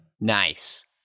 Nice